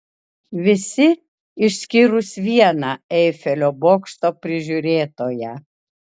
visi išskyrus vieną eifelio bokšto prižiūrėtoją